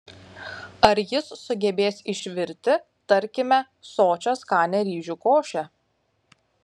ar jis sugebės išvirti tarkime sočią skanią ryžių košę